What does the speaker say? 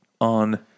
on